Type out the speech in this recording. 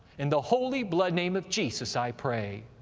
in the holy blood-name of jesus, i pray,